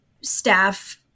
staff